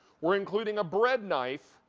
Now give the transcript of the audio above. we're including a bread knife.